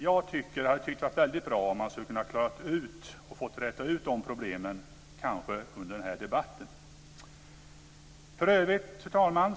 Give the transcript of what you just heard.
Jag tycker att det skulle vara väldigt bra om man kunde reda ut de problemen under den här debatten. Fru talman!